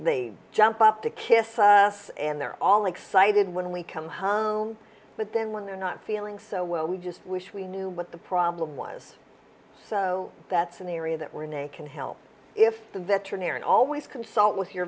they jump up to kiss and they're all excited when we come home but then when they're not feeling so well we just wish we knew what the problem was so that's an area that we're in a can help if the veterinarian always consult with your